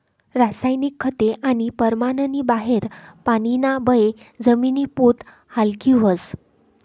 रासायनिक खते आणि परमाननी बाहेर पानीना बये जमिनी पोत हालकी व्हस